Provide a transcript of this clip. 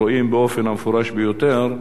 רואים באופן המפורש ביותר,